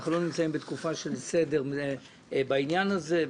אנחנו לא נמצאים בתקופה של סדר בעניין הזה,